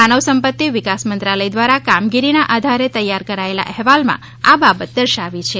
માનવ સંપત્તિ વિકાસ મંત્રાલય દ્વારા કામગીરીના આધારે તૈયાર કરેલા અહેવાલમાં આ બાબત દર્શાવી છે